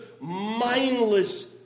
mindless